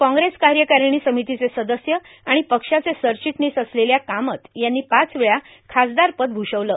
काँग्रेस कार्यकारिणी समितीचे सदस्य आणि पक्षाचे सरचिटणीस असलेल्या कामत यांनी पाच वेळा खासदारपद भूषवलं